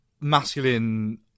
masculine